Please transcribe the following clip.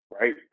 right